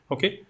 Okay